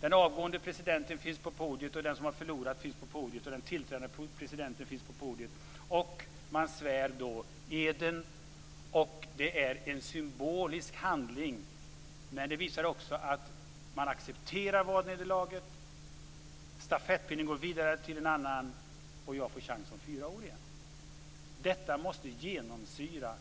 Den avgående presidenten finns på podiet, den som har förlorat finns på podiet och den tillträdande presidenten finns på podiet, och så svärs eden. Det är en symbolisk handling, men den visar också att man accepterar valnederlaget. Stafettpinnen går vidare till en annan, och förloraren får chansen om fyra år igen. Detta måste genomsyra